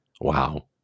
wow